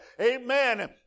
Amen